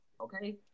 Okay